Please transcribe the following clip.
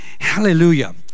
Hallelujah